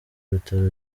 bitaro